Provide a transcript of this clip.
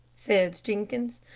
said jenkins.